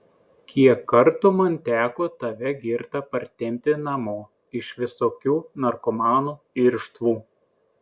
kiek kartų man teko tave girtą partempti namo iš visokių narkomanų irštvų